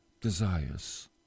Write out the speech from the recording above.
desires